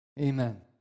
Amen